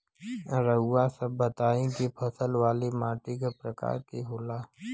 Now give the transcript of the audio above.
रउआ सब बताई कि फसल वाली माटी क प्रकार के होला?